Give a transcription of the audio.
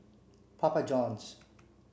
Papa Johns